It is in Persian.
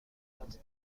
نیاز